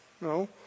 no